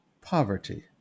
poverty